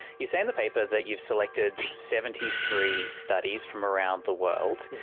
you say in the paper that you've selected seventy three studies from around the world.